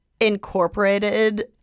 incorporated